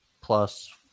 plus